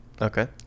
Okay